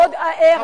עוד הערב.